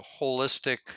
holistic